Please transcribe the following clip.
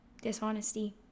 dishonesty